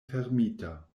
fermita